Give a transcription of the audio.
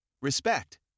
Respect